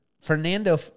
Fernando